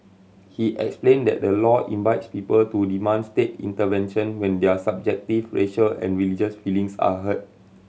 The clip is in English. he explained that the law invites people to demand state intervention when their subjective racial and religious feelings are hurt